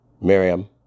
Miriam